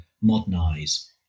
modernize